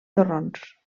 torrons